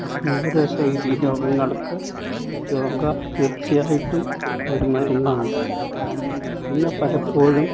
ജീവിത ശൈലി രോഗങ്ങൾക്ക് യോഗ തീർച്ചയായിട്ടും ഒരു മരുന്നാണ് ഇന്ന് പലപ്പോഴും